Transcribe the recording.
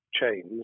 chains